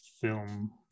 film